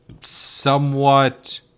somewhat